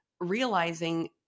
realizing